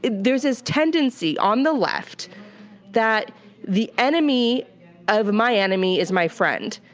there's this tendency on the left that the enemy of my enemy is my friend.